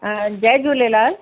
हा जय झूलेलाल